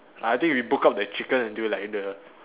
I think we broke up the chicken until like the